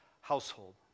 household